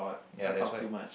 ya that's why